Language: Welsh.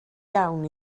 iawn